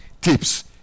tips